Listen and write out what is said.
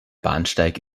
bahnsteig